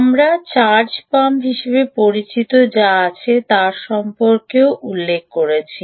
আমরা charge pump হিসাবে পরিচিত যা আছে তা সম্পর্কেও উল্লেখ করেছি